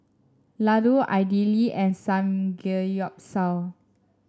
Ladoo Idili and Samgeyopsal